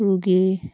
ৰোগীৰ